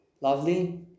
lovely